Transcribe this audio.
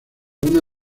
una